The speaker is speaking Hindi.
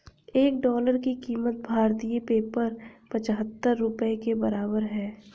एक डॉलर की कीमत भारतीय पेपर पचहत्तर रुपए के बराबर है